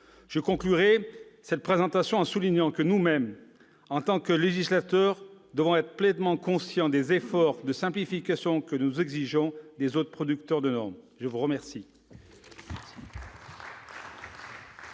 Je conclurai cette présentation en soulignant que nous-mêmes, en tant que législateurs, devons être pleinement conscients des efforts de simplification que nous exigeons des autres producteurs de normes. La parole